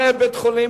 מנהל בית-החולים,